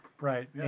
Right